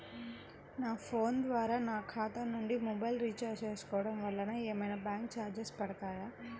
నా ఫోన్ ద్వారా నా ఖాతా నుండి మొబైల్ రీఛార్జ్ చేసుకోవటం వలన ఏమైనా బ్యాంకు చార్జెస్ పడతాయా?